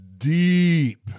Deep